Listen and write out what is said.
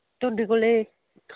ਤੁਹਾਡੇ ਕੋਲ